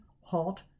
halt